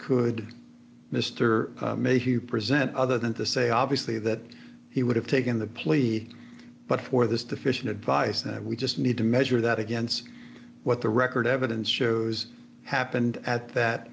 mayhew present other than to say obviously that he would have taken the plea but for this deficient advice that we just need to measure that against what the record evidence shows happened at that